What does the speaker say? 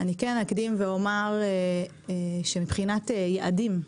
אני אקדים ואומר שמבחינת יעדים,